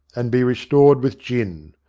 and be restored with gin.